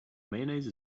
mayonnaise